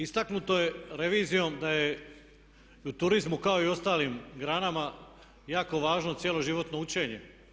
Istaknuto je revizijom da je u turizmu kao i ostalim granama jako važno cjeloživotno učenje.